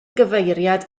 gyfeiriad